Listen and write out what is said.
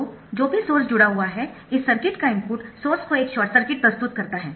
तो जो भी सोर्स जुड़ा हुआ है इस सर्किट का इनपुट सोर्स को एक शॉर्ट सर्किट प्रस्तुत करता है